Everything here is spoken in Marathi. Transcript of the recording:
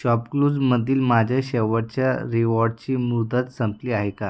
शॉपक्लूजमधील माझ्या शेवटच्या रिवॉर्डची मुदत संपली आहे का